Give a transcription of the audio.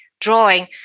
drawing